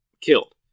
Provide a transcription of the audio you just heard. killed